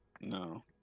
No